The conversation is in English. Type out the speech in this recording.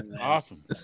Awesome